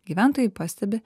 gyventojai pastebi